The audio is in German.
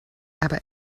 aber